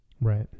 Right